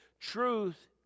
Truth